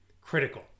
critical